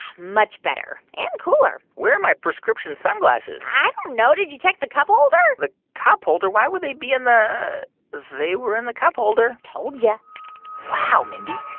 much better and cooler where are my prescription sunglasses? i don't know. did you check the cup holder? the cup holder why would they be in the they were in the cup holder told you yeah wow, mindy.